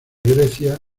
grecia